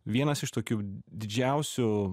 vienas iš tokių didžiausių